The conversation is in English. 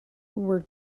were